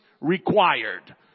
Required